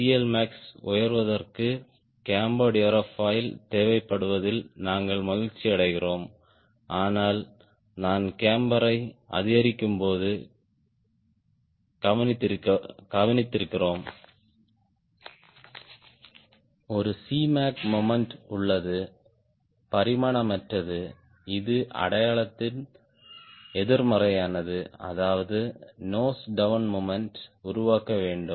CLmax உயர்த்துவதற்கு cambered aerofoil தேவைப்படுவதில் நாங்கள் மகிழ்ச்சியடைகிறோம் ஆனால் நான் கேம்பரை அதிகரிக்கும்போது கவனித்திருக்கிறோம் ஒரு Cmac மொமெண்ட் உள்ளது பரிமாணமற்றது இது அடையாளத்தில் எதிர்மறையானது அதாவது நோஸ் டவுண் மொமெண்ட் உருவாக்க வேண்டும்